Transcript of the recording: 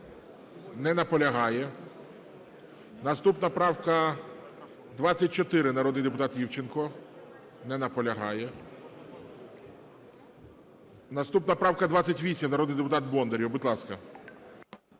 Не наполягає. Наступна правка 24, народний депутат Івченко. Не наполягає. Наступна правка 28, народний депутат Бондарєв. Будь ласка.